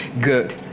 good